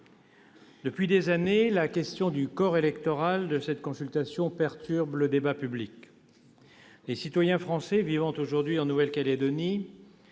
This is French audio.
Depuis des années, la question du corps électoral de cette consultation perturbe le débat public. Les citoyens français vivant aujourd'hui en Nouvelle-Calédonie,